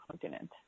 continent